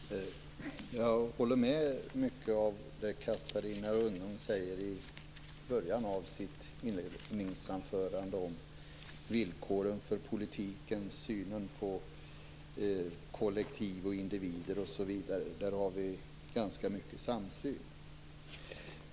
Herr talman! Jag håller med om mycket av det som Catarina Rönnung säger i början av sitt inledningsanförande om villkoren för politiken, synen på kollektiv och individer osv. Där har vi ganska mycket samsyn.